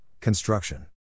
Construction